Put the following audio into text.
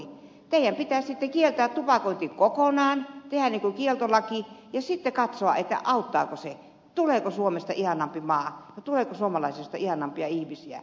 teidän pitää sitten kieltää tupakointi kokonaan tehdä kieltolaki ja sitten katsoa auttaako se tuleeko suomesta ihanampi maa ja tuleeko suomalaisista ihanampia ihmisiä